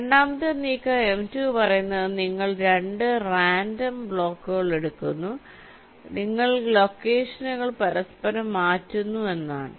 രണ്ടാമത്തെ നീക്കം M2 പറയുന്നത് നിങ്ങൾ രണ്ട് റാൻഡം ബ്ലോക്കുകൾ എടുക്കുന്നു നിങ്ങൾ ലൊക്കേഷനുകൾ പരസ്പരം മാറ്റുന്നു എന്നാണ്